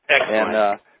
excellent